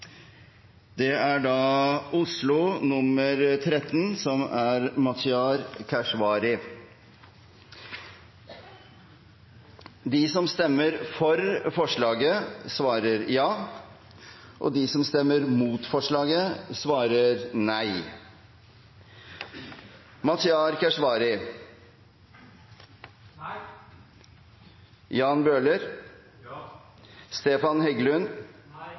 Oslo. De som stemmer for forslaget, svarer ja. De som stemmer mot forslaget, svarer nei.